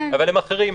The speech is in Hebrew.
אבל הם אחרים.